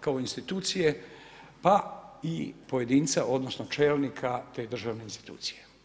kao institucije pa i pojedinca odnosno čelnika te državne institucije.